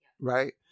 right